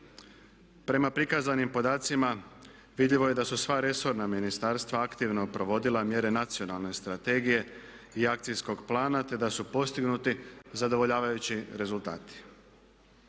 Prema prikazanim podacima vidljivo je da su sva resorna ministarstva aktivno provodila mjere nacionalne strategije i akcijskog plana te da su postignuti zadovoljavajući rezultati.